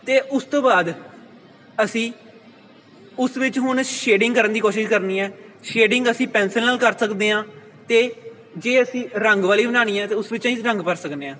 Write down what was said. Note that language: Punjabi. ਅਤੇ ਉਸ ਤੋਂ ਬਾਅਦ ਅਸੀਂ ਉਸ ਵਿੱਚ ਹੁਣ ਸ਼ੇਡਿੰਗ ਕਰਨ ਦੀ ਕੋਸ਼ਿਸ਼ ਕਰਨੀ ਹੈ ਸ਼ੇਡਿੰਗ ਅਸੀਂ ਪੈਨਸਲ ਨਾਲ ਕਰ ਸਕਦੇ ਹਾਂ ਅਤੇ ਜੇ ਅਸੀਂ ਰੰਗ ਵਾਲੀ ਬਣਾਉਣੀ ਹੈ ਅਤੇ ਉਸ ਵਿੱਚ ਰੰਗ ਭਰ ਸਕਦੇ ਹਾਂ